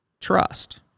trust